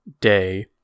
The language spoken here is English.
day